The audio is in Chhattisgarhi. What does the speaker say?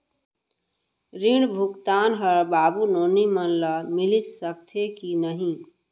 ऋण भुगतान ह बाबू नोनी मन ला मिलिस सकथे की नहीं?